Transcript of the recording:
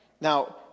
Now